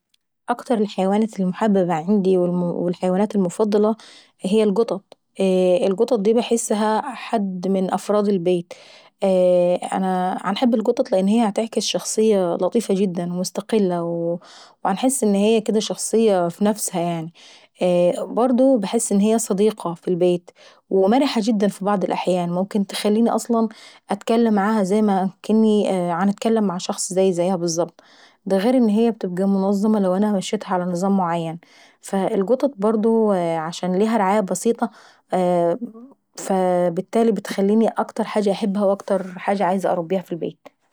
اكتر الحيوانات المحببة عيندي والحيوانات المفضلة هي القطط. القطط دي باحسها حد من افراد البيت, باحب القطط لان هي بتعكس شخصية لطيفة جدا وشخصية مستقلة وباحس ان هي شخصية كدا ف نفسها. برضة باحس ان هي صديقة في البيت ومرح جدا ف بعض الأحيان ممكن تخليني أصلا نتكلم معهاها زي ما نكون باتكلم مع شخص زيي زيها بالظبط. دا غير ان هي بتبقى منظمة لو انا مشيتها على نظام معين. فالقطط برضه عشان ليها رعاية بسيطة هتخليني باحبها واكتر حيوان عاوزة نربيه ف البيت.